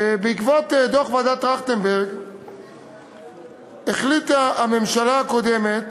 בעקבות דוח ועדת טרכטנברג החליטה הממשלה הקודמת